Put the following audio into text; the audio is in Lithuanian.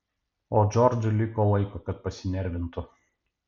o džordžui liko laiko kad pasinervintų